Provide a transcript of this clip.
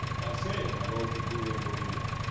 now say, my lords of buda and bohemia,